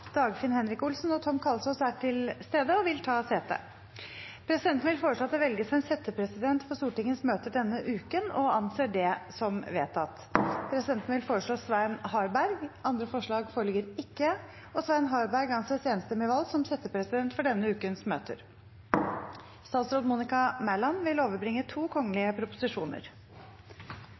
stede og vil ta sete. : Presidenten vil foreslå at det velges en settepresident for Stortingets møter denne uken, og anser det som vedtatt. Presidenten vil foreslå Svein Harberg. – Andre forslag foreligger ikke, og Svein Harberg anses enstemmig valgt som settepresident for denne ukens møter. Representanten Karin Andersen vil